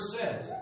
says